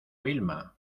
vilma